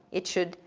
it should,